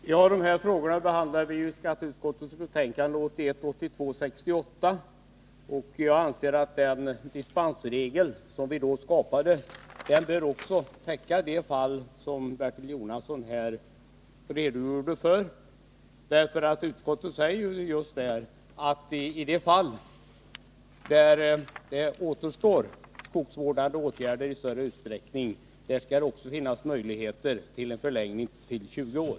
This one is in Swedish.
Herr talman! De här frågorna behandlade vi i skatteutskottets betänkande 1981/82:68. Jag anser att den dispensregel som då skapades bör täcka också de fall som Bertil Jonasson här redogjorde för. Utskottet skriver ju att i de fall då det återstår skogsvårdande åtgärder i större utsträckning skall det också finnas möjlighet till förlängning till 20 år.